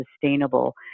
sustainable